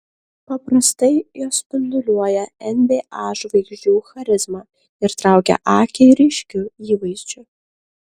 paprastai jos spinduliuoja nba žvaigždžių charizma ir traukia akį ryškiu įvaizdžiu